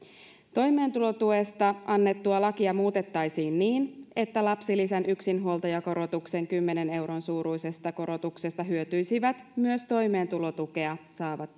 toimeentulotuesta annettua lakia muutettaisiin niin että lapsilisän yksinhuoltajakorotuksen kymmenen euron suuruisesta korotuksesta hyötyisivät myös toimeentulotukea saavat